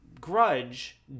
grudge